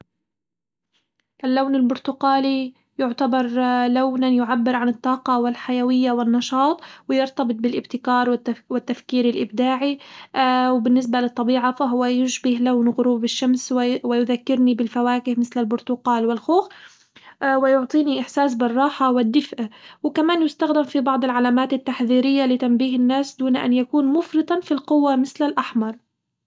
اللون البرتقالي يعتبر لونًا يعبر عن الطاقة والحيوية والنشاط ويرتبط بالابتكار والتفكير الإبداعي وبالنسبة للطبيعة فهو يشبه لون غروب الشمس وي- ويذكرني بالفواكه مثل البرتقال والخوخ ويعطيني إحساس بالراحة والدفء وكمان يستخدم في بعض العلامات التحذيرية لتنبيه الناس دون أن يكون مفرطًا في القوة مثل الأحمر.